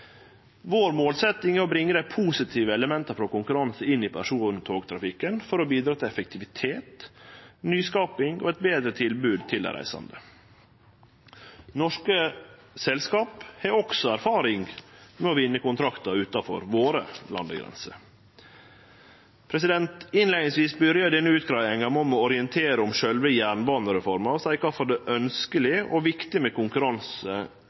vår er å bringe dei positive elementa frå konkurranse inn i persontogtrafikken for å bidra til effektivitet, nyskaping og eit betre tilbod til dei reisande. Norske selskap har også erfaring med å vinne kontraktar utanfor våre landegrenser. Eg byrja denne utgreiinga med å orientere om sjølve jernbanereforma og seie kvifor det er ønskjeleg og viktig med konkurranse